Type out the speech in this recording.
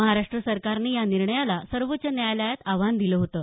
महाराष्ट्र सरकारने या निर्णयाला सर्वोच्च न्यायालयात आव्हान दिलं होतं